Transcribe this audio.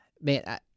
man